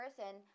person